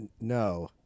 No